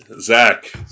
Zach